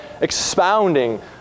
expounding